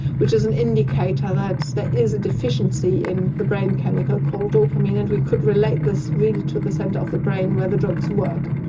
which is an indicator that there is a deficiency in the brain chemical called dopamine and we could relate this really to the centre of the brain where the drugs work.